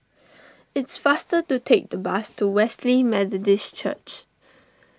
it's faster to take the bus to Wesley Methodist Church